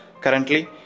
currently